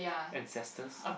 ancestors